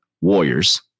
Warriors